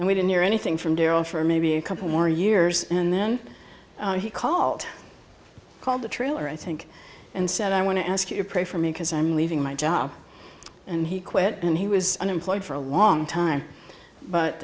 and we didn't hear anything from darryl for maybe a couple more years and then he called called the trailer i think and said i want to ask you to pray for me because i'm leaving my job and he quit and he was unemployed for a long time but